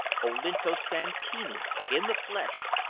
olinto santini in the flesh,